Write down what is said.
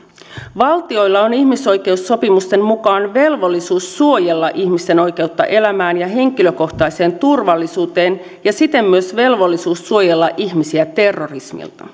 valtioilla on ihmisoikeussopimusten mukaan velvollisuus suojella ihmisten oikeutta elämään ja henkilökohtaiseen turvallisuuteen ja siten myös velvollisuus suojella ihmisiä terrorismilta